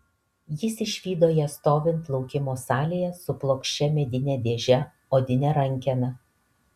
jis išvydo ją stovint laukimo salėje su plokščia medine dėže odine rankena